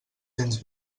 gens